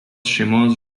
šeimos